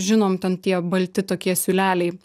žinom ten tie balti tokie siūleliai